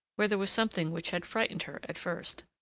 where there was something which had frightened her at first,